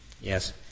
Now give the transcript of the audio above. Yes